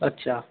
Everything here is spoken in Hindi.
अच्छा